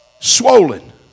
swollen